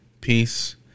peace